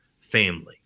family